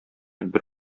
бер